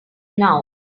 now